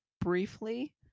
briefly